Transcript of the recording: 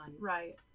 Right